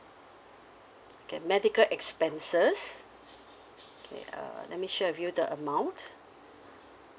okay medical expenses okay uh let me share with you the amount